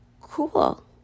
Cool